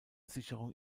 sicherung